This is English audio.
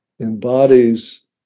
embodies